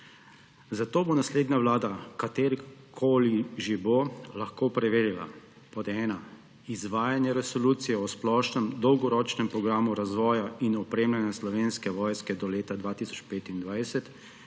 Zato bo naslednja vlada, katerakoli že bo, lahko preverila, pod 1, izvajanje resolucije o splošnem dolgoročnem programu razvoja in opremljanja Slovenske vojske do leta 2025, in pod